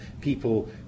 people